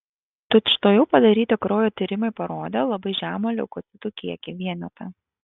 tučtuojau padaryti kraujo tyrimai parodė labai žemą leukocitų kiekį vienetą